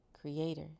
creator